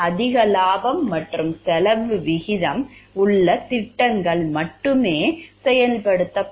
அதிக லாபம் மற்றும் செலவு விகிதம் உள்ள திட்டங்கள் மட்டுமே செயல்படுத்தப்படும்